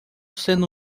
sendo